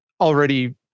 already